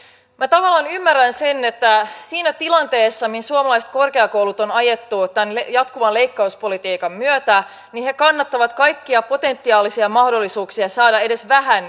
minä tavallaan ymmärrän sen että siinä tilanteessa mihin suomalaiset korkeakoulut on ajettu tämän jatkuvan leikkauspolitiikan myötä he kannattavat kaikkia potentiaalisia mahdollisuuksia saada edes vähän lisärahoitusta